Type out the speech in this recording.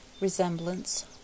resemblance